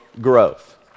growth